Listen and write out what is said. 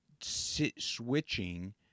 switching